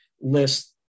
list